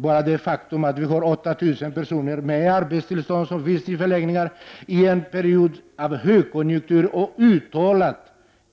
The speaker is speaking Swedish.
Bara det faktum att 8 000 personer med arbetstillstånd vistas i förläggningar under en period av högkonjunktur och uttalad